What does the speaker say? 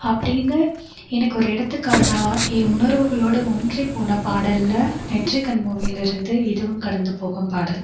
அப்படினு எனக்கு ஒரு எடுத்துக்காட்டாக என் உணர்வுகளோடு ஒன்றிப் போன பாடல்ல நெற்றிக்கண் மூவிலிருந்து இதுவும் கடந்து போகும் பாடல்